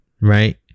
right